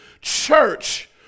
church